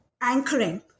anchoring